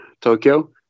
Tokyo